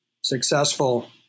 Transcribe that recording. successful